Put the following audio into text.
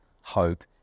hope